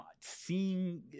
seeing